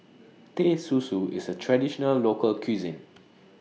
Teh Susu IS A Traditional Local Cuisine